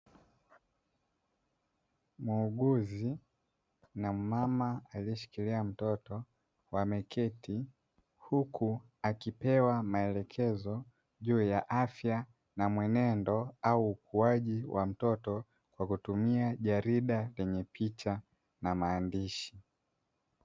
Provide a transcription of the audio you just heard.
Muuguzi na mama aliyeshikilia mtoto, wameketi, huku akipewa maelekezo juu ya afya na mwenendo au ukuaji wa mtoto kwa kutumia jarida lenye picha na maandishi.